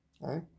Right